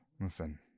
Listen